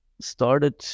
started